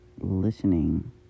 listening